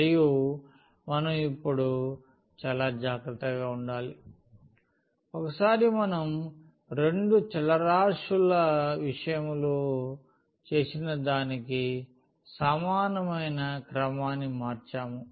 మరియు మనం ఇప్పుడు చాలా జాగ్రత్తగా ఉండాలి ఒకసారి మనం రెండు చలరాశుల విషయంలో చేసిన దానికి సమానమైన క్రమాన్ని మార్చాము